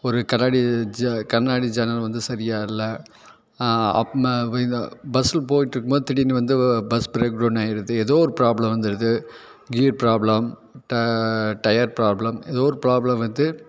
ஒரு கண்ணாடி ஜ கண்ணாடி ஜன்னல் வந்து சரியாக இல்லை அப்பவே இந்த பஸ் போயிட்டு இருக்கும்போது திடீர்னு வந்து பஸ் பிரேக் டவுன் ஆயிடுது எதோ ப்ராப்ளம் வந்துடுது கியர் ப்ராப்ளம் ட டயர் ப்ராப்ளம் எதோ ஒரு ப்ராப்ளம் வந்து